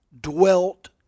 dwelt